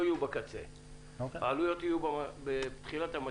יהיו בקצה; העלויות יהיו בתחילת המשפך.